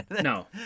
No